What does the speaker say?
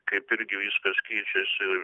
kaip ir jis viskas keičiasi